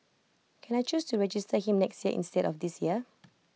can I choose to register him next year instead of this year